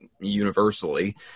universally